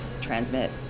transmit